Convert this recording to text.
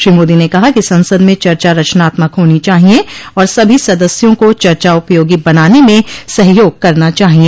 श्री मोदी ने कहा कि संसद में चर्चा रचनात्मक होनी चाहिए और सभी सदस्यों को चर्चा उपयोगी बनाने में सहयोग करना चाहिए